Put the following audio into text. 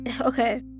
okay